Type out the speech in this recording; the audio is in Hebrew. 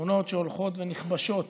שכונות שהולכות ונכבשות